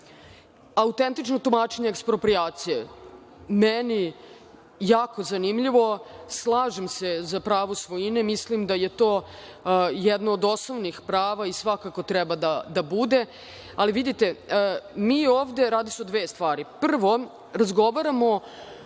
odobreno. Autentično tumačenje eksproprijacije, meni jako zanimljivo. Slažem se za pravo svojine, mislim da je to jedno od osnovnih prava i svakako treba da bude. Ali, vidite, radi se o dve stvari. Prvo, mi ovde razgovaramo